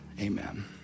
amen